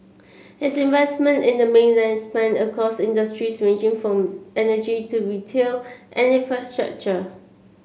his investment in the mainland span across industries ranging from energy to retail and infrastructure